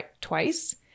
twice